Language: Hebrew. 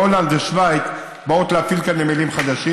מהולנד ומשווייץ באות להפעיל כאן נמלים חדשים